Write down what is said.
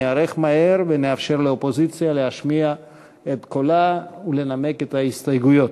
ניערך מהר ונאפשר לאופוזיציה להשמיע את קולה ולנמק את ההסתייגויות.